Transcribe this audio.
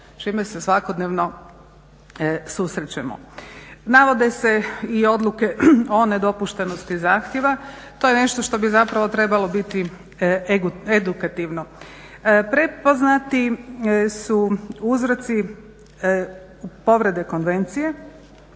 čime se svakodnevno susrećemo. Navode se i Odluke o nedopuštenosti zahtjeva. To je nešto što bi zapravo trebalo biti edukativno. Prepoznati su uzroci povrede Konvencije